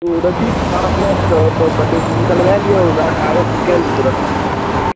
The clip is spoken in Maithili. ओ रसीदसँ अहाँ याद कऽ कऽ कतहुँसँ निकलबा लिअ ओकरा कागज निकालि देत ओ रसीद ठीक छै